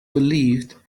believed